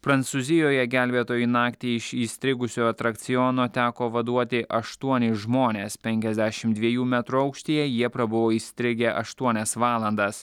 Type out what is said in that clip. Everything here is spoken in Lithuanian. prancūzijoje gelbėtojai naktį iš įstrigusio atrakciono teko vaduoti aštuonis žmones penkiasdešim dvejų metrų aukštyje jie prabuvo įstrigę aštuonias valandas